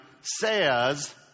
Says